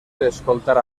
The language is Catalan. escoltar